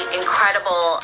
incredible